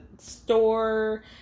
store